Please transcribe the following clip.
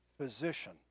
physician